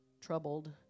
troubled